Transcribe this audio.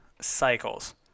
Cycles